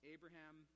Abraham